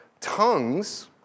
Tongues